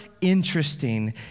interesting